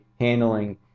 handling